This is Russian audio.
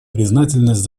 признательность